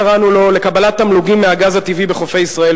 לקבלת תמלוגים מהגז הטבעי בחופי ישראל.